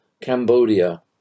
Cambodia